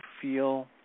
feel